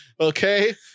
Okay